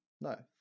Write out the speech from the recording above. no